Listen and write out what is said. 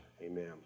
Amen